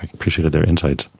appreciated their insights.